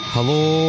Hello